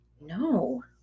No